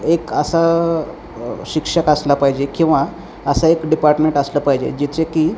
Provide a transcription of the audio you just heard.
एक असा शिक्षक असला पाहिजे किंवा असं एक डिपार्टमेंट असलं पाहिजे जिचे की